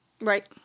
Right